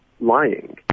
lying